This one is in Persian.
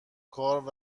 کار